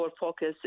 focus